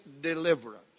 deliverance